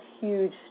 huge